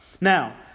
Now